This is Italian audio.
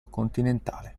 continentale